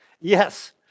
yes